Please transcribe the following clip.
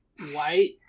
white